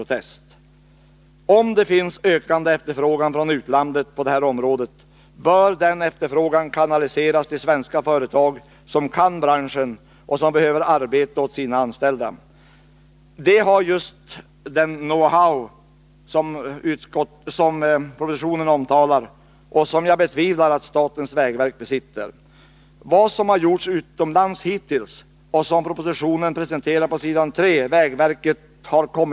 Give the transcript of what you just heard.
Om det på detta område finns en ökande efterfrågan från utlandet, bör den kanaliseras till svenska företag som kan branschen och som behöver arbete åt sina anställda. De har just det ”know-how” som propositionen talar om och som jag betvivlar att statens vägverk besitter. Det som hittills har gjorts utomlands — och som i propositionen presenteras pås.